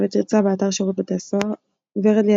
תרצה באתר שירות בתי הסוהר ורד לי,